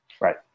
Right